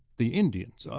the indians,